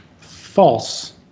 false